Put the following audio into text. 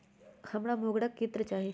हमरा मोगरा के इत्र चाही